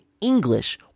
English